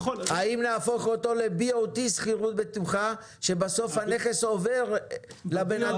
האם נהפוך אותו ל-BOT שכירות בטוחה,